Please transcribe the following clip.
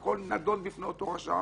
הכול נידון בפני אותו רשם,